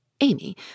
Amy